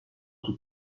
tout